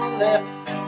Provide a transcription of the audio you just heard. left